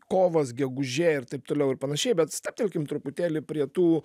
kovas gegužė ir taip toliau ir panašiai bet stabtelkim truputėlį prie tų